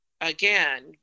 again